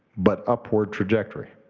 but upward trajectory.